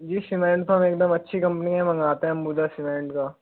जी cement तो हम अच्छी कंपनी का मँगवाते हैं अंबुजा सिमेंट का